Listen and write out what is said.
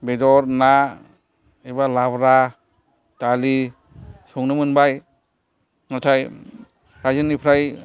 बेदर ना एबा लाब्रा दालि संनो मोनबाय नाथाय रायजोनिफ्राय